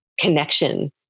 connection